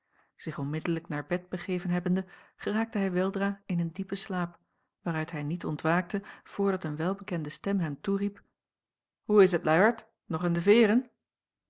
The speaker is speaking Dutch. zich onmiddellijk naar bed begeven hebbende geraakte hij weldra in een diepen slaap waaruit hij niet ontwaakte voordat een welbekende stem hem toeriep hoe is t luiaard nog in de veêren